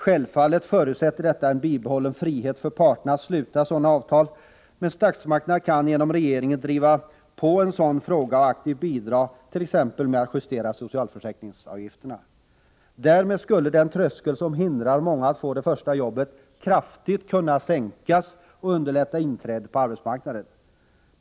Självfallet förutsätter detta en bibehållen frihet för parterna att sluta sådana avtal, men statsmakterna kan genom regeringen driva på en sådan fråga och aktivt bidra t.ex. med att justera socialförsäkringsavgifterna. Därmed skulle den tröskel som hindrar många att få det första jobbet kraftigt kunna sänkas och underlätta inträdet på arbetsmarknaden.